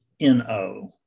NO